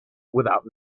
without